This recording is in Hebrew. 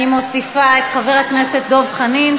אני מוסיפה את חבר הכנסת דב חנין,